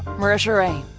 marisha ray.